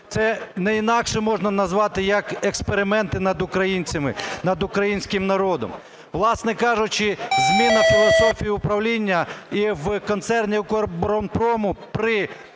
Це не інакше можна назвати як експерименти над українцями, над українським народом. Власне кажучи, зміна філософії управління і в концерні "Укроборонпрому"